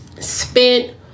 spent